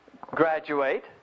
graduate